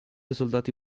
soldati